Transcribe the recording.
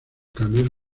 cambios